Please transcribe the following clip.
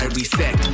reset